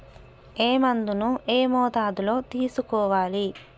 ఏ మందును ఏ మోతాదులో తీసుకోవాలి?